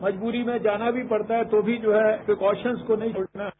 मजबूरी में जाना भी पड़ता है तो भी जो है प्रिकोशन्स को नहीं छोड़ना है